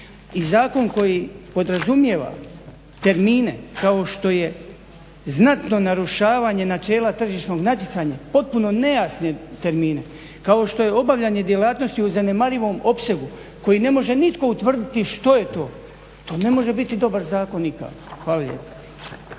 I zakon koji podrazumijeva termine kao što je znatno narušavanje načela tržišnog natjecanja, potpuno nejasne termine kao što je obavljanje djelatnosti u zanemarivom opsegu koji ne može nitko utvrditi što je to, to ne može biti dobar zakon nikako. Hvala lijepa.